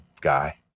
guy